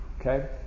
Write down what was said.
Okay